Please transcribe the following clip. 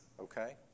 okay